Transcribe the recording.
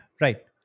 Right